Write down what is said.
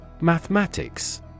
Mathematics